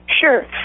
Sure